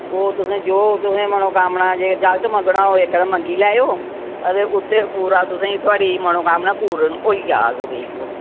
ओह् तुसें जो तुसें मनोकामना जे जागत मंगना होग इक ते मंगी लैएओ अदें उत्थैं पूरां तुसें थुआढ़ी मनोकामना पूर्ण होई जाह्ग भई ओह्